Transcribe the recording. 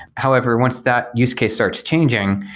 however, once that use case starts changing,